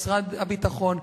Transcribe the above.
משרד הביטחון,